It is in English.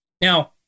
Now